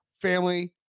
family